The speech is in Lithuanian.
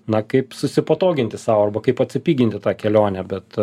na kaip susipatoginti sau arba kaip atsipiginti tą kelionę bet